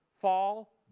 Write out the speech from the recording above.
Fall